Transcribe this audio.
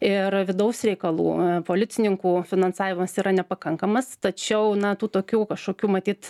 ir vidaus reikalų policininkų finansavimas yra nepakankamas tačiau na tų tokių kažkokių matyt